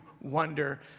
wonder